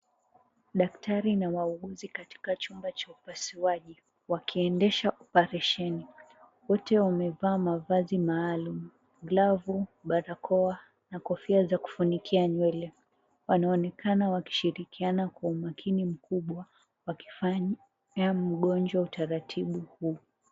Daktari na wauguzi katika chumba cha upasuaji wakiendesha oparesheni. Wote wamevaa mavazi maalum; glavu, barakoa na kofia za kufunikia nywele. Wanaonekana wakishirikiana kwa umakini mkubwa wakifanya mgonjwa utaratibu huu.